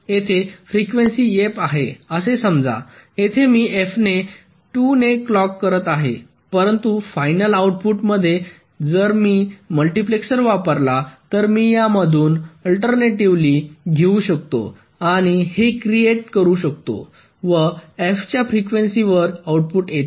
येथे frequency f आहे असे समजा येथे मी f ने 2 ने क्लॉक करत आहे परंतु फायनल आउटपुट मध्ये जर मी मल्टिप्लेसर वापरला तर मी यामधून अल्टर्नेटीव्हली घेउ शकतो आणि हे क्रिएट करू शकतो व f च्या फ्रिक्वेन्सीवर आउटपुट येते